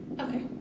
Okay